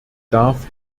darf